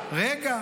רגע.